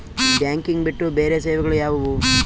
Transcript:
Banking ಬಿಟ್ಟು ಬೇರೆ ಸೇವೆಗಳು ಯಾವುವು?